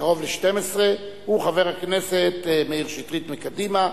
קרוב ל-24:00, הוא חבר הכנסת מאיר שטרית מקדימה,